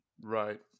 right